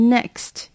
Next